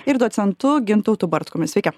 ir docentu gintautu bartkumi sveiki